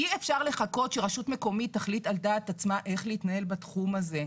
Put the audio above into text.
אי אפשר לחכות שרשות מקומית תחליט על דעת עצמה איך להתנהל בתחום הזה.